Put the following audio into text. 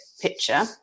picture